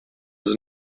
was